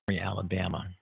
Alabama